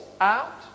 out